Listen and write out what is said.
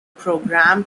program